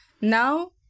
Now